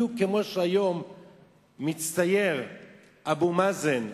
בדיוק כמו שהיום מצטייר אבו מאזן,